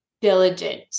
diligent